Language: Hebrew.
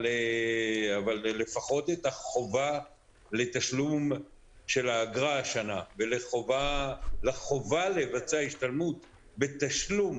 אבל לפחות את החובה לתשלום של האגרה השנה ולחובה לבצע השתלמות בתשלום